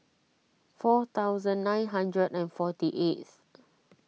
four thousand nine hundred and forty eighth